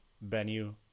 venue